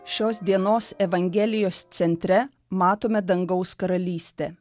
šios dienos evangelijos centre matome dangaus karalystę